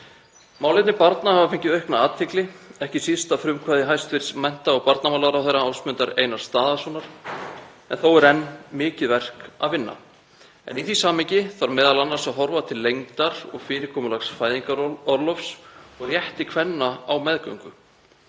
Málefni barna hafa fengið aukna athygli, ekki síst að frumkvæði hæstv. mennta- og barnamálaráðherra, Ásmundar Einars Daðasonar, en þó er enn mikið verk að vinna. Í því samhengi þarf m.a. að horfa til lengdar og fyrirkomulags fæðingarorlofs og rétti kvenna á meðgöngu.